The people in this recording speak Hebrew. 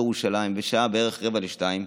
כאן, בירושלים, בשעה בערך 13:45,